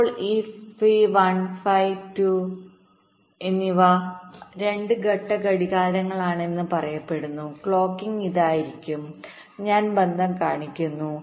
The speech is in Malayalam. ഇപ്പോൾ ഈ ഫി 1 ഫൈ 2എന്നിവ രണ്ട് ഘട്ട ഘടികാരങ്ങളാണെന്ന് പറയപ്പെടുന്നു ക്ലോക്കിംഗ് ഇതായിരിക്കും ഞാൻ ബന്ധം കാണിക്കുന്നു